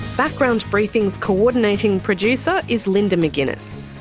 background briefing's coordinating producer is linda mcginness,